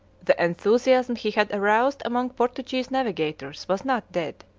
the enthusiasm he had aroused among portuguese navigators was not dead,